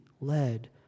led